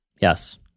Yes